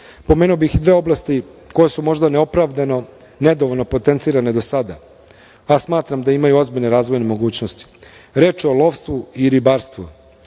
celini. Pomenuo bih i dve oblasti koje su možda neopravdano nedovoljno potencirane do sada, a smatram da imaju ozbiljne razvojne mogućnosti. Reč je o lovstvu i ribarstvu. Lovstvo